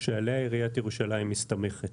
שעליה עיריית ירושלים מסתמכת,